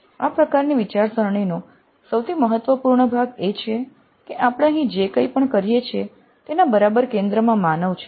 આ પ્રકારની વિચારસરણીનો સૌથી મહત્વપૂર્ણ ભાગ એ છે કે આપણે અહીં જે કંઇ પણ કરીએ છીએ તેના બરાબર કેન્દ્રમાં માનવ છે